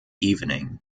evening